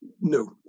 No